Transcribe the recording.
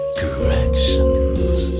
corrections